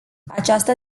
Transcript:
această